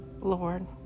Lord